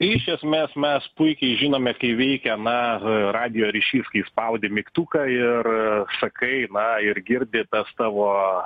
iš esmės mes puikiai žinome kaip veikia mažojo radijo ryšys kai spaudi mygtuką ir sakai na ir girdi tas tavo